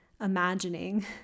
imagining